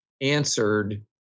answered